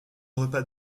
repas